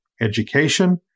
education